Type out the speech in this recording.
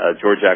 George